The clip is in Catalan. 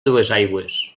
duesaigües